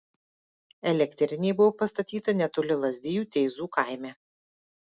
elektrinė buvo pastatyta netoli lazdijų teizų kaime